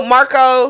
Marco